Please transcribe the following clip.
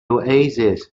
oasis